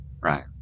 Right